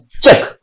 Check